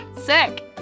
Sick